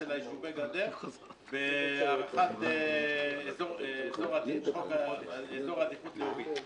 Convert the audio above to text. של יישובי גדר בהארכת חוק איזור עדיפות לאומית.